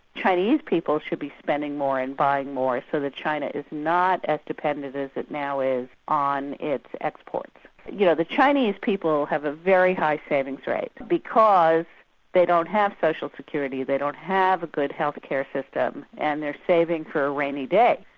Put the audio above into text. chinese people should be spending more and buying more so that china is not as dependent as it now is on its exports. you know, the chinese people have a very high savings rate, because they don't have social security, they don't have a good health care system, and they're saving for a rainy day.